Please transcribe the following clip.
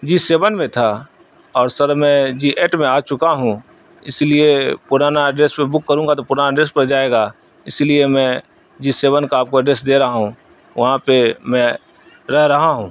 جی seven میں تھا اور سر میں جی ایٹ میں آ چکا ہوں اسی لیے پرانا ایڈریس پہ بک کروں گا تو پرانا ایڈریس پر جائے گا اسی لیے میں جی سیون کا آپ کو ایڈریس دے رہا ہوں وہاں پہ میں رہ رہا ہوں